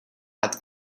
had